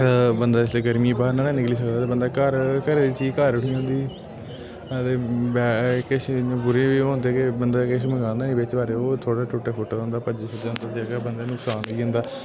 बंदा इस गरमी च बाहर निं ना निकली सकदा ते बंदा घर घरै ई चीज़ घर उठी औंदी ते किश बुरे बी होंदे कि बंदे किश मंगाना बिच बारे ओह् थोह्ड़ा टुटे फुटे दा होंदा भ'ज्जे शज्जे दा होंदा जेह्दे नै बंदे दा नुकसान होई जंदा